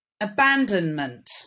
Abandonment